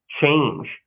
change